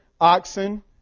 oxen